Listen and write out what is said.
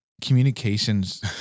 communications